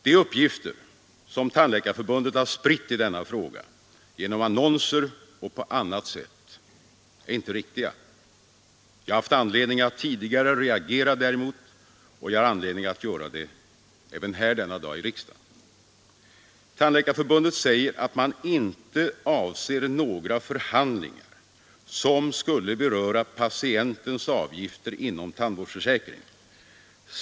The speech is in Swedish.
De uppgifter som Tandläkarförbundet har spritt i denna fråga genom annonser och på annat sätt är inte riktiga. Jag har haft anledning att tidigare reagera däremot, och jag har anledning att göra det även här denna dag i riksdagen. Tandläkarförbundet säger att man inte avser några förhandlingar som skulle beröra patientens avgifter inom tandvårdsförsäkringen.